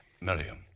Miriam